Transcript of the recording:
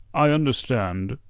i understand.